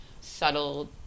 subtle